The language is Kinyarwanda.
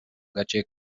gace